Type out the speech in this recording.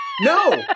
No